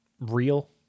real